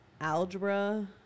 algebra